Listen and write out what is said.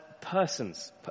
persons